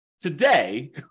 Today